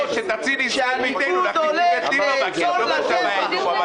תודה רבה.